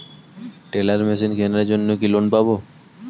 Teller machine কেনার জন্য কি লোন পাব?